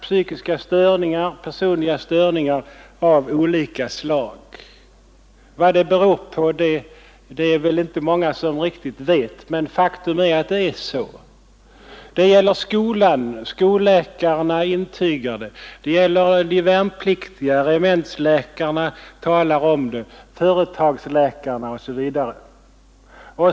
De drabbas av psykiska störningar av olika slag. Vad dessa beror på kan det råda delade meningar om. Faktum är bara att situationen är sådan. Det gäller skolungdom — vilket skolläkarna intygar — det gäller de värnpliktiga — regementsläkarna talar om saken. Företagsläkarna har liknande erfarenheter.